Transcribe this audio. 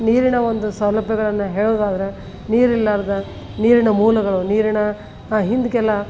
ನೀರಿನ ಒಂದು ಸೌಲಭ್ಯಗಳನ್ನು ಹೇಳುದಾದ್ರೆ ನೀರಿಲ್ಲಾರ್ದೆ ನೀರಿನ ಮೂಲಗಳು ನೀರಿನ ಹಿಂದಕ್ಕೆಲ್ಲ